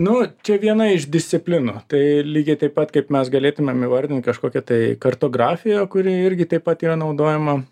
nu čia viena iš disciplinų tai lygiai taip pat kaip mes galėtumėm įvardint kažkokią tai kartografiją kuri irgi taip pat yra naudojama